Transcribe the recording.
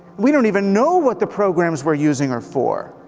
we don't even know what the programs we're using are for.